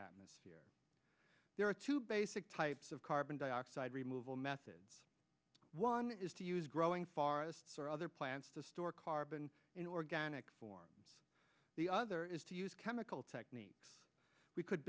atmosphere there are two basic types of carbon dioxide removal methods one is to use growing farthest for other plan as to store carbon in organic form the other is to use chemical techniques we could